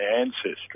ancestry